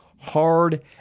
hard